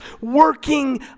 working